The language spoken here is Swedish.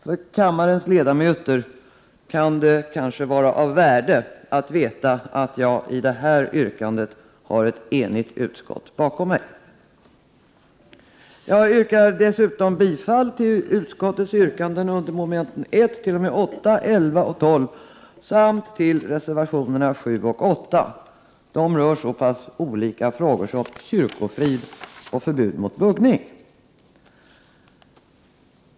För kammarens ledamöter kan det kanske vara av värde att veta att jag i detta yrkande har ett enigt utskott bakom mig. Jag yrkar dessutom bifall till utskottets yrkanden under momenten 1 t.o.m. 8, 11 och 12 samt till reservationerna 7 och 8. De rör så pass olika frågor som kyrkofrid och förbud mot buggning.